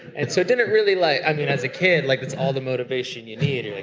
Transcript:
and so it didn't really like, i mean, as a kid like that's all the motivation you need.